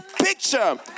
picture